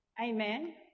Amen